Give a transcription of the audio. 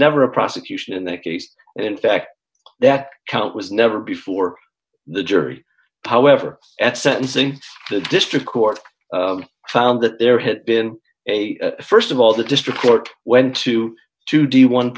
never a prosecution in that case and in fact that count was never before the jury however at sentencing the district court found that there had been a st of all the district court went to to do one